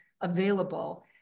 available